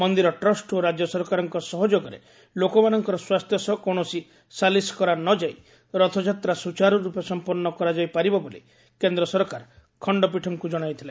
ମନ୍ଦିର ଟ୍ରଷ୍ଟ ଓ ରାଜ୍ୟ ସରକାରଙ୍କ ସହଯୋଗରେ ଲୋକମାନଙ୍କର ସ୍ୱାସ୍ଥ୍ୟ ସହ କୌଣସି ସାଲିସ୍ କରା ନ ଯାଇ ରଥଯାତ୍ରା ସୁଚାରୁର୍ପେ ସମ୍ପନ୍ନ କରାଯାଇପାରିବ ବୋଲି କେନ୍ଦ୍ର ସରକାର ଖଣ୍ଡପୀଠଙ୍କୁ ଜଣାଇଥିଲେ